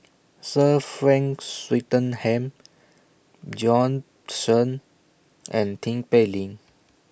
Sir Frank Swettenham Bjorn Shen and Tin Pei Ling